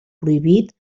prohibit